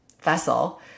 vessel